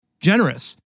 generous